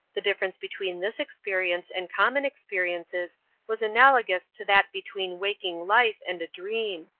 the difference between this experience and common experiences was analogous to that between waking life and a dream.